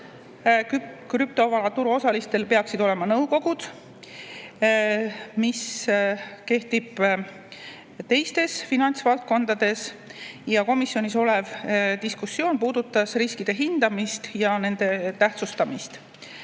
krüptovaraturu osalistel peaksid olema nõukogud, see kehtib teistes finantsvaldkondades. Komisjonis olev diskussioon puudutas riskide hindamist ja nende tähtsustamist.